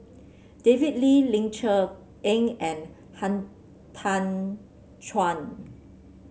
David Lee Ling Cher Eng and Han Tan Juan